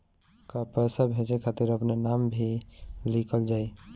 का पैसा भेजे खातिर अपने नाम भी लिकल जाइ?